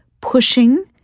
pushing